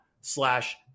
slash